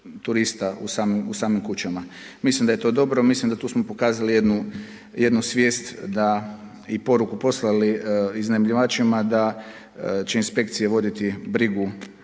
turista u samim kućama. Mislim da je to dobro mislim da tu smo pokazali jednu svijest i poruku poslali iznajmljivačima da će inspekcija voditi brigu